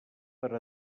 per